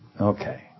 Okay